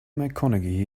mcconaughey